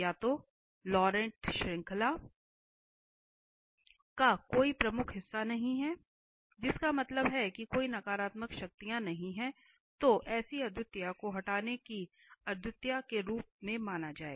या तो लॉरेंट श्रृंखला का कोई प्रमुख हिस्सा नहीं है जिसका मतलब है कि कोई नकारात्मक शक्तियां नहीं हैं तो ऐसी अद्वितीयता को हटाने की अद्वितीयता के रूप में माना जाएगा